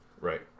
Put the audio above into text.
Right